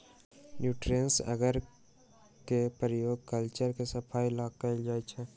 nutrients अगर के प्रयोग कल्चर के सफाई ला कइल जाहई